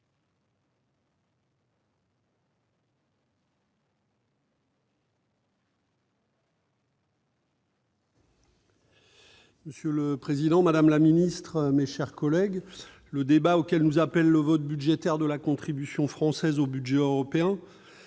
Monsieur le président, madame la secrétaire d'État, mes chers collègues, le débat auquel nous appelle le vote de la contribution française au budget européen